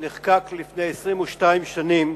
שנחקק לפני 12 שנה